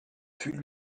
fut